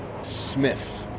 smith